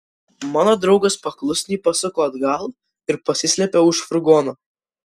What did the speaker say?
mano draugas paklusniai pasuko atgal ir pasislėpė už furgono